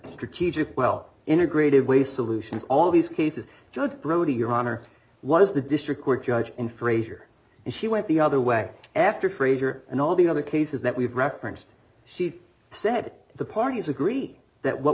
strategic well integrated way solutions all these cases judge brody your honor was the district court judge in frazier and she went the other way after frazier and all the other cases that we've referenced she said the parties agree that what